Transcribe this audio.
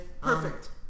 Perfect